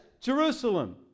Jerusalem